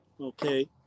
okay